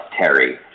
Terry